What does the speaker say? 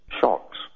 shocks